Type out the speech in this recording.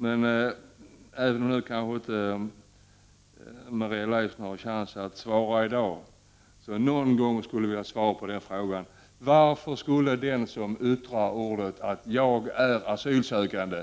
Maria Leissner kanske inte har chans att svara i dag, men någon gång skulle jag vilja få svar på frågan: Varför skulle den som yttrar orden ”jag är asylsökande”